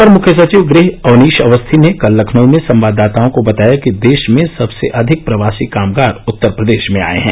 अपर मुख्य सचिव गृह अवनीश अवस्थी ने कल लखनऊ में संवाददाताओं को बताया कि देश में सबसे अधिक प्रवासी कामगार उत्तर प्रदेश में आये हैं